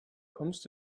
kommst